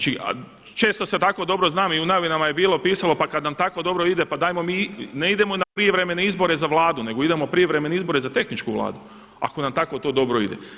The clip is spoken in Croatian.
Često se tako dobro znam i u novinama je bilo pisalo pa kada nam tako dobro ide pa dajmo mi ne idemo na prijevremene izbore za vladu nego idemo prijevremene izbore za tehničku vladu ako nam tako to dobro ide.